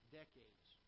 decades